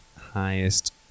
highest